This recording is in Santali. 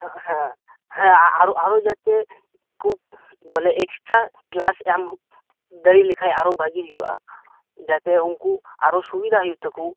ᱦᱮᱸ ᱦᱮᱸ ᱟᱨᱚ ᱟᱨᱚ ᱡᱟᱛᱮ ᱠᱚ ᱵᱚᱞᱮ ᱮᱠᱥᱴᱨᱟ ᱠᱞᱟᱥ ᱮᱢ ᱫᱟᱲᱮ ᱞᱮᱠᱷᱟᱡ ᱟᱨᱚ ᱵᱷᱟᱜᱮ ᱦᱩᱭᱩᱜᱼᱟ ᱡᱟᱛᱮ ᱩᱱᱠᱩ ᱟᱨᱚ ᱥᱩᱵᱤᱫᱟ ᱦᱩᱭᱩᱜ ᱛᱟᱠᱚ